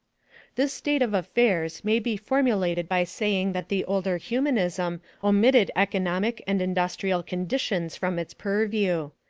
this state of affairs may be formulated by saying that the older humanism omitted economic and industrial conditions from its purview.